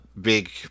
big